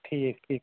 ٹھیٖک ٹھیٖک